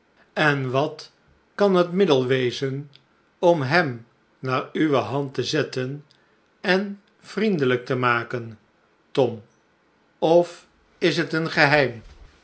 en wat kan het middel wezen om hem naar uwe hand te zetten en vriendelijk te maken tom of is het een geheim